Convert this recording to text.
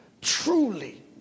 truly